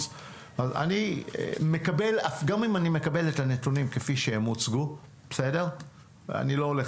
גם אם אני מקבל את הנתונים כפי שהם הוצגו אני לא הולך